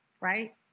right